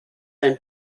ein